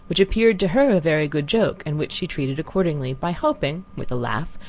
which appeared to her a very good joke, and which she treated accordingly, by hoping, with a laugh,